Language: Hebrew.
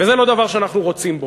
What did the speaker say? וזה לא דבר שאנחנו רוצים בו,